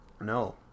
No